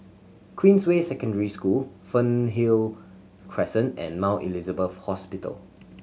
Queensway Secondary School Fernhill Crescent and Mount Elizabeth Hospital